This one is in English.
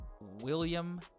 William